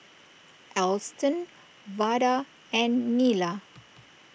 Alston Vada and Nila